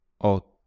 otto